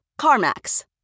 CarMax